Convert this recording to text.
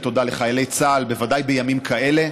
לחיילי צה"ל, בוודאי בימים אלה.